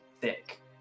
thick